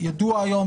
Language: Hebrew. ידוע היום,